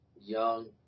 young